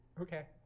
Okay